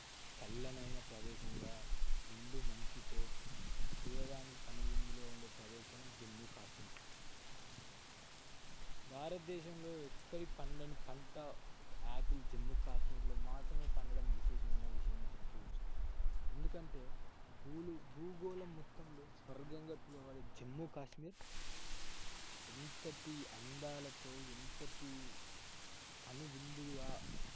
చల్లనైన ప్రదేశంగా నిండు మంచుతో చూడడానికి కనువిందుగా ఉండే ప్రదేశం జమ్మూ కాశ్మీర్ భారతదేశంలో ఎక్కడ పండని పంట ఆపిల్ జమ్మూ కాశ్మీర్లో మాత్రమే పండడం విశేషమైన విషయంగా చెప్పుకోవచ్చు ఎందుకంటే బుగు భూగోళం మొత్తంలో స్వర్గంగా పిలవబడే జమ్మూ కాశ్మీర్ ఎంతటి అందాలతో ఎంతటి కనువిందుగా